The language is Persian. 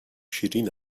شیرین